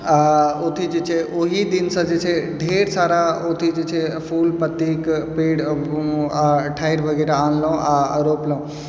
आओर ओथी जे छै ओही दिनसँ जे छै ढ़ेर सारा ओथी जे छै फूल पत्तीके पेड़ आओर ठारि वगैरह आनलहुँ आओर रोपलहुँ